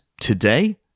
today